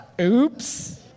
Oops